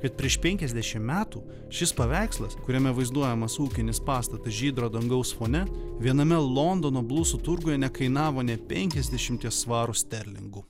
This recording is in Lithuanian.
bet prieš penkiasdešimt metų šis paveikslas kuriame vaizduojamas ūkinis pastatas žydro dangaus fone viename londono blusų turguje nekainavo nė penkiasdešimties svarų sterlingų